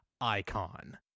icon